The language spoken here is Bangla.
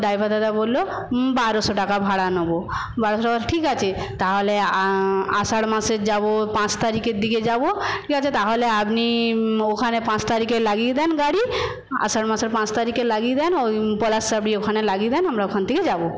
ড্রাইভার দাদা বললো বারোশো টাকা ভাড়া নোবো বারোশো টাকা ঠিক আছে তাহলে আষাঢ় মাসে যাবো পাঁচ তারিখের দিকে যাবো ঠিক আছে তাহলে আপনি ওখানে পাঁচ তারিখে লাগিয়ে দেন গাড়ি আষাঢ় মাসের পাঁচ তারিখে লাগিয়ে দেন ওই পলাশসাবরির ওখানে লাগিয়ে দেন থেকে আমরা ওখান থেকে যাবো